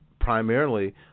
primarily